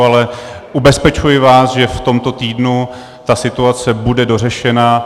Ale ubezpečuji vás, že v tomto týdnu ta situace bude dořešena.